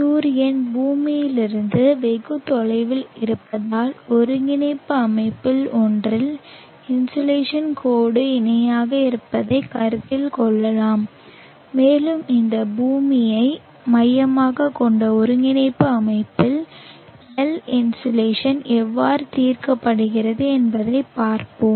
சூரியன் பூமியிலிருந்து வெகு தொலைவில் இருப்பதால் ஒருங்கிணைப்பு அமைப்பில் ஒன்றில் இன்சோலேஷன் கோடு இணையாக இருப்பதைக் கருத்தில் கொள்ளலாம் மேலும் இந்த பூமியை மையமாகக் கொண்ட ஒருங்கிணைப்பு அமைப்பில் L இன்சோலேஷன் எவ்வாறு தீர்க்கப்படுகிறது என்பதைப் பார்ப்போம்